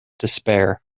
despair